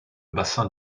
bassin